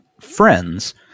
friends